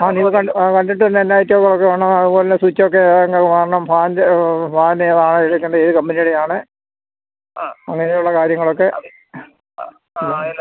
ആ നിങ്ങള് കണ്ടിട്ട് എന്താണെന്നുവെച്ചാല് നോക്കികൊള്ളണം അതുപോലെ സ്വിച്ചൊക്കെ ഏതാണ്ടൊക്കെ വാങ്ങണം ഫാൻ ഫാൻ ഏതാണ് എടുക്കേണ്ടത് ഏത് കമ്പനിയുടേതാണ് അങ്ങനെയുള്ള കാര്യങ്ങളൊക്കെ ആ